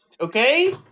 Okay